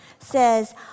says